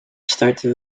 starten